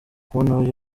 kubona